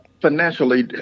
financially